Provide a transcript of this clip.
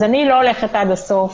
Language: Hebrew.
אז אני לא הולכת עד הסוף